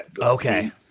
Okay